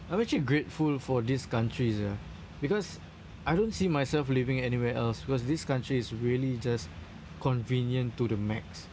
I'm actually grateful for this countries ah because I don't see myself living anywhere else because this country is really just convenient to the max